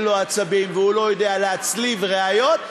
אין לו עצבים והוא לא יודע להצליב ראיות,